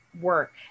work